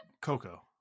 Coco